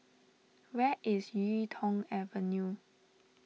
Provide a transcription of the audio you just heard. where is Yuk Tong Avenue